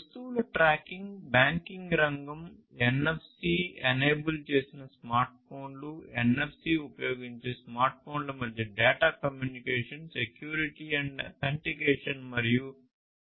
వస్తువుల tracking banking రంగం NFC enable చేసిన స్మార్ట్ఫోన్లు ఎన్ఎఫ్సిని ఉపయోగించే స్మార్ట్ఫోన్ల మధ్య data communication security and authentication మరియు